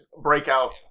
breakout